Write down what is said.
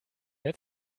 wir